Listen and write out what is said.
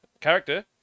character